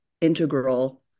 integral